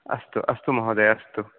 अस्तु अस्तु महोदय अस्तु